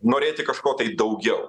norėti kažko tai daugiau